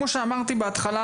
שלום לכולם,